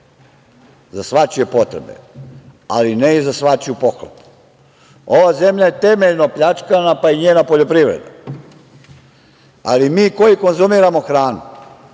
za svačije potrebe, ali ne i za svačiju pohlepu. Ova zemlja je temeljno pljačkana, pa i njena poljoprivreda, ali mi koji konzumiramo hranu